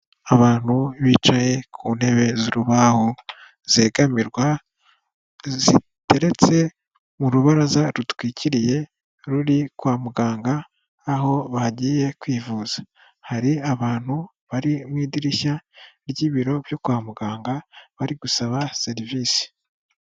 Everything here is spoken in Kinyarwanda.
Abantu bicaye ku ntebe z'urubaho zegamirwa, ziteretse mu rubaraza rutwikiriye ruri kwa muganga, aho bagiye kwivuza, hari abantu bari mu idirishya ry'ibiro byo kwa muganga bari gusaba serivisi.